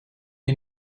you